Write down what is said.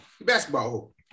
basketball